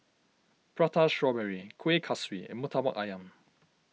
Prata Strawberry Kuih Kaswi and Murtabak Ayam